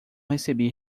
recebi